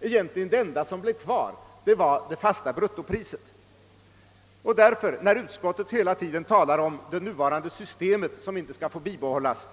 Det enda som skulle bli kvar var egentligen det fasta bruttopriset. Utskottet utgår därför från felaktiga förutsättningar, när det hela tiden talar om det nuvarande systemet som inte skall få bibehållas.